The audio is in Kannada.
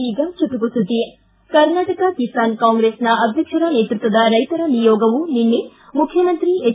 ಈಗ ಚುಟುಕು ಸುದ್ದಿ ಕರ್ನಾಟಕ ಕಿಸಾನ್ ಕಾಂಗ್ರೆಸ್ನ ಅಧ್ಯಕ್ಷರ ನೇತೃತ್ವದ ರೈತರ ನಿಯೋಗವು ನಿನ್ನೆ ಮುಖ್ಯಮಂತ್ರಿ ಹೆಚ್